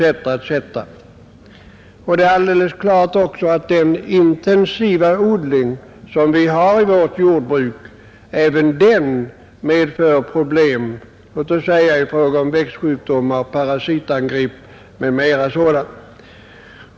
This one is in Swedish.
Det är också alldeles klart att även den intensiva odling som vi har i vårt jordbruk medför problem i form av parasitangrepp m.m. sådant.